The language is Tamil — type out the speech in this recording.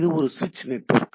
இது ஒரு சுவிட்ச் நெட்வொர்க்